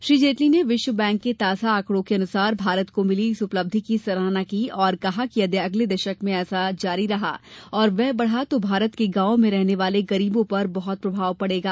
श्री जेटली ने विश्व बैंक के ताजा आंकड़ों के अनुसार भारत को मिली इस उपलब्धि की सराहना की और कहा कि यदि अगले दशक में ऐसा जारी रहा ओर व्यय बढ़ा तो भारत के गांवों में रहने वाले गरीबों पर बहुत प्रभाव पड़ेगा